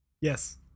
Yes